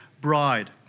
bride